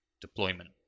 deployment